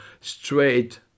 straight